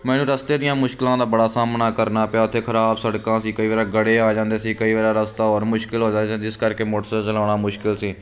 ਮੈਨੂੰ ਰਸਤੇ ਦੀਆਂ ਮੁਸ਼ਕਿਲਾਂ ਦਾ ਬੜਾ ਸਾਹਮਣਾ ਕਰਨਾ ਪਿਆ ਉੱਥੇ ਖਰਾਬ ਸੜਕਾਂ ਸੀ ਕਈ ਵਾਰ ਗੜ੍ਹੇ ਆ ਜਾਂਦੇ ਸੀ ਕਈ ਵਾਰ ਰਸਤਾ ਹੋਰ ਮੁਸ਼ਕਿਲ ਹੋ ਜਾਂਦਾ ਜਿਸ ਕਰਕੇ ਮੋਟਰਸਾਈਕਲ ਚਲਾਉਣਾ ਮੁਸ਼ਕਿਲ ਸੀ